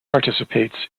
participates